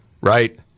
right